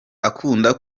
akunda